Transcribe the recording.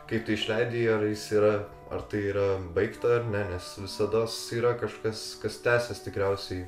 kai tu išleidi jį ar jis yra ar tai yra baigta ar ne nes visados yra kažkas kas tęsis tikriausiai